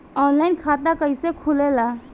Online खाता कइसे खुलेला?